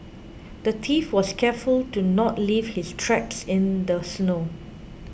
the thief was careful to not leave his tracks in the snow